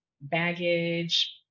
baggage